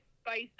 spice